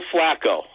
Flacco